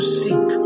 seek